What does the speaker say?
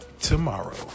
tomorrow